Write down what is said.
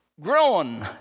growing